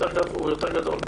הוא גדול יותר.